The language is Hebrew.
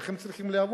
איך הם צריכים לעבוד?